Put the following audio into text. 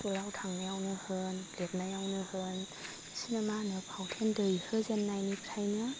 स्कुलाव थांनायावनो होन लिदनायावनो होन बिसिनो मा होनो पावटेन दैहो जेन्नायनिफ्रायनो